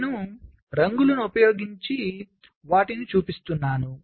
నేను రంగులను ఉపయోగించి వాటిని చూపిస్తున్నాను